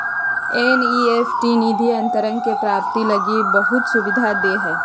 NEFT निधि अंतरण के प्राप्ति लगी बहुत सुविधा दे हइ